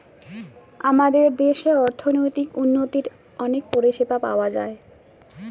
আমাদের দেশে অর্থনৈতিক উন্নতির অনেক পরিষেবা পাওয়া যায়